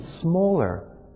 smaller